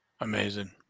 Amazing